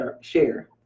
share